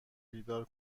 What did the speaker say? بیدار